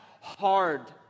hard